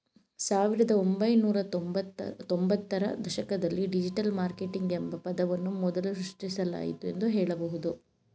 ಸಾವಿರದ ಒಂಬೈನೂರ ತ್ತೊಂಭತ್ತು ರ ದಶಕದಲ್ಲಿ ಡಿಜಿಟಲ್ ಮಾರ್ಕೆಟಿಂಗ್ ಎಂಬ ಪದವನ್ನು ಮೊದಲು ಸೃಷ್ಟಿಸಲಾಯಿತು ಎಂದು ಹೇಳಬಹುದು